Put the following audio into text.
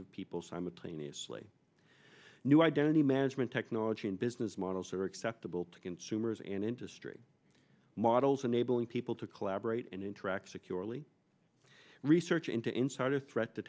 of people simultaneously new identity management technology and business models are acceptable to consumers and industry models enabling people to collaborate and interact securely research into insider threat